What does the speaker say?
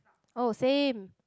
oh same